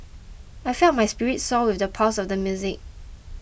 I felt my spirits soar with the pulse of the music